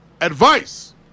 Advice